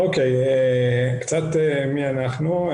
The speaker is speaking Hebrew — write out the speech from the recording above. קצת מי אנחנו.